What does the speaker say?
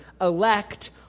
elect